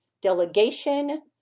delegation